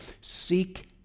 Seek